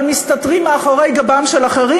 אבל מסתתרים מאחורי גבם של אחרים,